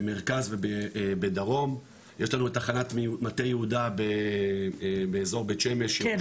במרכז ובדרום יש לנו את תחנת מטה יהודה באזור בית שמש --- כן,